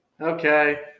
Okay